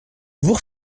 vous